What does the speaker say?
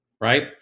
right